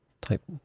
type